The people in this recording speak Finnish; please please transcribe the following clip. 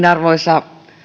arvoisa